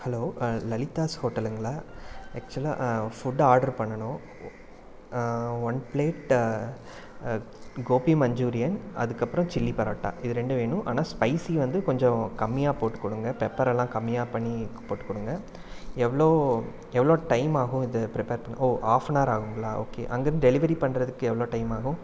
hello லலித்தாஸ் ஹோட்டலுங்ளா ஆக்சுவலாக ஃபுட்டு ஆர்டர் பண்ணணும் ஒன் பிளேட் கோபி மஞ்சூரியன் அதுக்கப்பறம் சில்லி பரோட்டா இது ரெண்டும் வேணும் ஆனால் ஸ்பைசி வந்து கொஞ்சம் கம்மியாக போட்டுக்கொடுங்க பெப்பரெல்லாம் கம்மியாக பண்ணி போட்டுக்கொடுங்க எவ்வளோ எவ்வளோ டைம் ஆகும் இது பிரிப்பேர் ஓ ஹாஃப்னார் ஆகுங்ளா ஓகே அங்கேருந்து டெலிவரி பண்ணுறதுக்கு எவ்வளோ டைம் ஆகும்